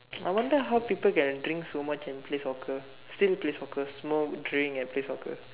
I wonder how people can drink so much and play soccer still play soccer smoke drink and play soccer